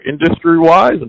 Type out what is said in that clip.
industry-wise